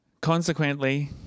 Consequently